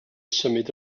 symud